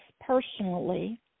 personally